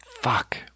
Fuck